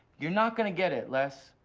you're not gonna get it, les.